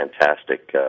fantastic